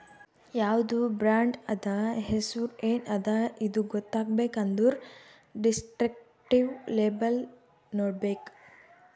ಯಾವ್ದು ಬ್ರಾಂಡ್ ಅದಾ, ಹೆಸುರ್ ಎನ್ ಅದಾ ಇದು ಗೊತ್ತಾಗಬೇಕ್ ಅಂದುರ್ ದಿಸ್ಕ್ರಿಪ್ಟಿವ್ ಲೇಬಲ್ ನೋಡ್ಬೇಕ್